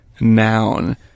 Noun